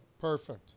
Perfect